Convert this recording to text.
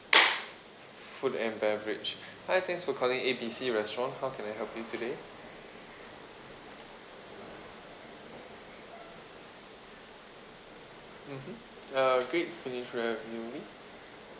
food and beverage hi thanks for calling A B C restaurant how can I help you today mmhmm uh great spinach ravioli